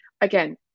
again